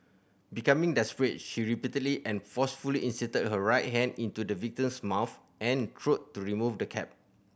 becoming desperate she repeatedly and forcefully inserted her right hand into the victim's mouth and throat to remove the cap